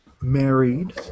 married